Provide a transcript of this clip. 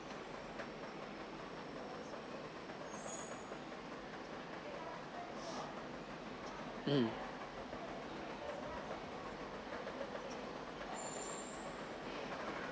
um